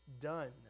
done